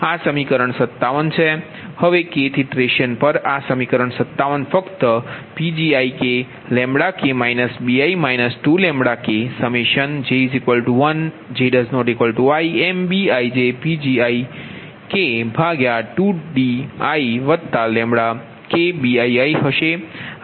હવે kth iteration પર આ સમીકરણ 57 ફક્ત Pgi bi 2j1j≠imBijPgj2diBiiહશે આ સમીકરણ 58 છે